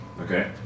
Okay